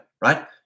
right